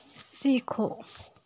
सिक्खो